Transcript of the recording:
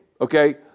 okay